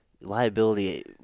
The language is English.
Liability